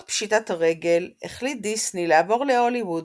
פשיטת הרגל החליט דיסני לעבור להוליווד,